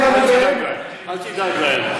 אלא אם כן, אל תדאג להם.